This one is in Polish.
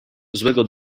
złego